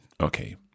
okay